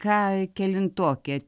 ką kelintokė